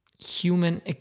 human